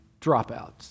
dropouts